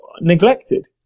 neglected